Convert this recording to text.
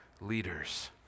leaders